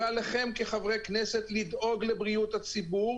ועליכם כחברי כנסת לדאוג לבריאות הציבור,